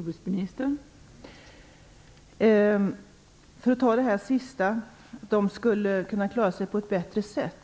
Fru talman! Lennart Brunander sade avslutningsvis att de skulle kunna klara sig på ett bättre sätt.